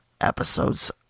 episode's